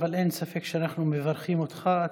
אין ספק שאנחנו מברכים אותך.